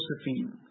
Josephine